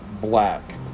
black